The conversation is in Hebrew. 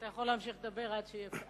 אתה יכול להמשיך לדבר עד שיגיע שר.